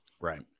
Right